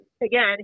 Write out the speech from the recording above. again